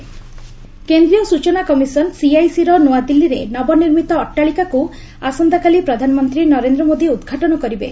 PM CIC building କେନ୍ଦ୍ରୀୟ ସୂଚନା କମିଶନ ସିଆଇସିର ନୂଆଦିଲ୍ଲୀରେ ନବନିର୍ମିତ ଅଟ୍ଟାଳିକାକୁ ଆସନ୍ତାକାଲି ପ୍ରଧାନମନ୍ତ୍ରୀ ନରେନ୍ଦ୍ର ମୋଦି ଉଦ୍ଘାଟନ କରିବେ